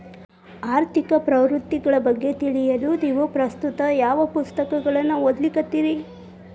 ಆರ್ಥಿಕ ಪ್ರವೃತ್ತಿಗಳ ಬಗ್ಗೆ ತಿಳಿಯಲು ನೇವು ಪ್ರಸ್ತುತ ಯಾವ ಪುಸ್ತಕಗಳನ್ನ ಓದ್ಲಿಕತ್ತಿರಿ?